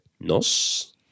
Nos